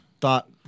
thought